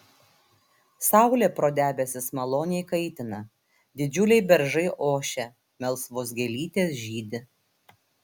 saulė pro debesis maloniai kaitina didžiuliai beržai ošia melsvos gėlytės žydi